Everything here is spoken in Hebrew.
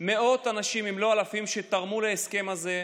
מאות אנשים אם לא אלפים שתרמו להסכם הזה,